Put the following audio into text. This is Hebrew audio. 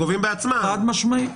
גובים בעצמם.